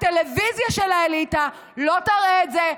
הטלוויזיה של האליטה לא תראה את זה,